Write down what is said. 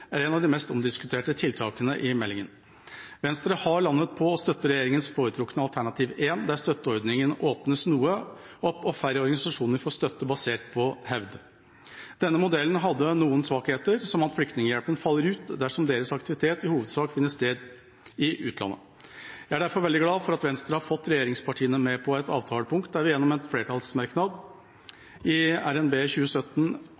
er et av de mest omdiskuterte tiltakene i meldingen. Venstre har landet på å støtte regjeringas foretrukne alternativ 1, der støtteordningen åpnes noe og færre organisasjoner får støtte basert på hevd. Denne modellen hadde noen svakheter, som at Flyktninghjelpen faller ut dersom deres aktivitet i hovedsak finner sted i utlandet. Jeg er derfor veldig glad for at Venstre har fått regjeringspartiene med på et avtalepunkt der vi gjennom en flertallsmerknad i revidert nasjonalbudsjett for 2017